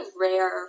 rare